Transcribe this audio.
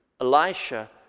Elisha